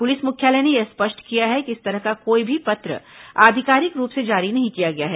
police मुख्यालय ने यह स्पष्ट किया है कि इस तरह का कोई भी पत्र आधिकारिक रूप से जारी नहीं किया गया है